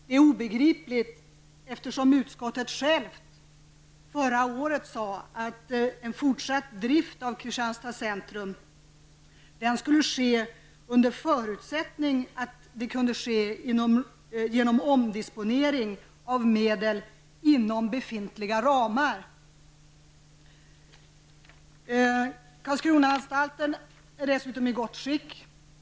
Det är obegripligt eftersom utskottet självt förra året sade att en fortsatt drift av Kristianstad centrum skulle ske under förutsättning att det kunde ske med hjälp av omdisponering av medel inom befintliga ramar. Karlskronaanstalten är i gott skick.